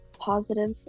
positive